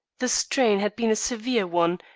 the strain had been a severe one,